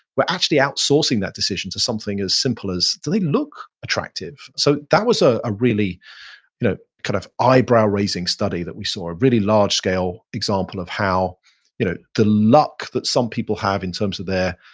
we're actually outsourcing that decision to something as simple as do they look attractive. so that was a ah really you know kind of eyebrow raising study that we saw, a really large scale example of how you know the luck that some people have in terms of their,